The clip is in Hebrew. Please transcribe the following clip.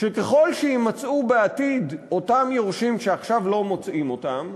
שככל שיימצאו בעתיד אותם יורשים שעכשיו לא מוצאים אותם,